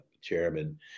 chairman